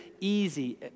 easy